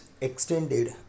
extended